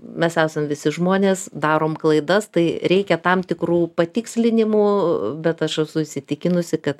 mes esam visi žmonės darom klaidas tai reikia tam tikrų patikslinimų bet aš esu įsitikinusi kad